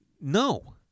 No